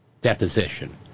deposition